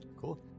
Cool